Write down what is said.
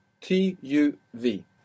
t-u-v